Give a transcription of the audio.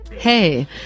Hey